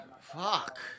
Fuck